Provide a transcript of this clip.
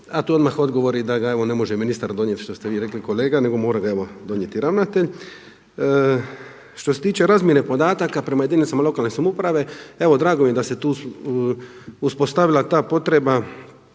A to je odmah odgovor da ga ne može ministar donijeti što ste vi rekli kolega nego mora ga donijeti ravnatelj. Što se tiče razmjene podataka prema jedinicama lokalne samouprave evo drago mi je da se tu uspostavila ta potreba